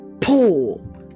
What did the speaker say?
pull